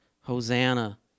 hosanna